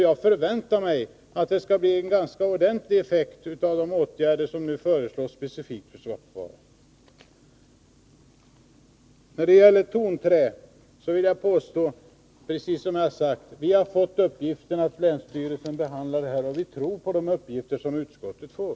Jag förväntar mig en ganska ordentlig effekt av de åtgärder som nu föreslås specifikt för Svappavaara. När det gäller tonträ vill jag påstå, precis som jag har sagt förut, att vi har fått uppgiften att länsstyrelsen behandlar ärendet. Vi tror på de uppgifter som utskottet får.